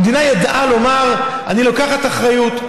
המדינה ידעה לומר: אני לוקחת אחריות,